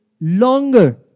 longer